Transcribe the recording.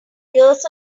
years